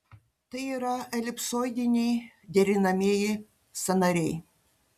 tai yra elipsoidiniai derinamieji sąnariai